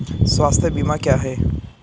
स्वास्थ्य बीमा क्या है?